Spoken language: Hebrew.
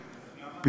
למה?